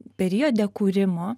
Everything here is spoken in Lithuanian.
periode kūrimo